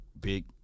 big